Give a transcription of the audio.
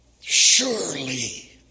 Surely